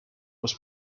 was